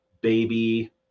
baby